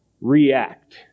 react